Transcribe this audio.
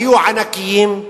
היו ענקיים,